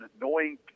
annoying